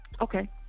Okay